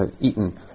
eaten